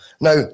now